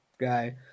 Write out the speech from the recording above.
guy